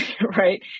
right